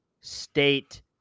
State